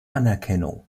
anerkennung